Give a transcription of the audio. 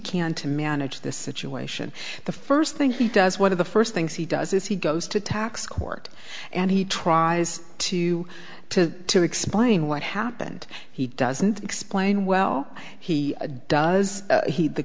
can to manage this situation the first thing he does one of the first things he does is he goes to tax court and he tries to to explain what happened he doesn't explain well he does he the